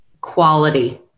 quality